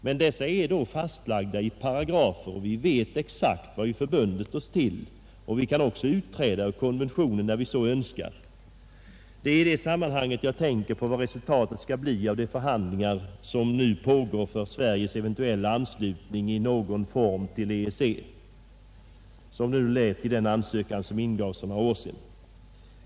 Men dessa är då fastlagda i paragrafer, och vi vet exakt vad vi förbundit oss till och kan också utträda ur konventionen när vi så önskar. Det är i detta sammanhang jag tänker på vad resultatet skall bli av de förhandlingar som nu pågår för Sveriges eventuella anslutning i någon form till EEC.